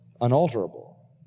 unalterable